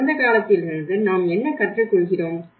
கடந்த காலத்திலிருந்து நாம் என்ன கற்றுக் கொள்கிறோம்